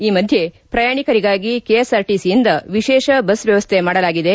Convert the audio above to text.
ಈ ಮಧ್ಯೆ ಪ್ರಯಾಣಿಕರಿಗಾಗಿ ಕೆಎಸ್ಆರ್ಟಿಸಿಯಿಂದ ವಿಶೇಷ ಬಸ್ ವ್ಯವಸ್ಥೆ ಮಾಡಲಾಗಿದೆ